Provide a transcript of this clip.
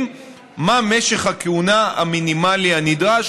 מה משך הכהונה המינימלי הנדרש,